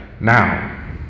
now